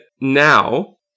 now